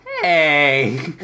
hey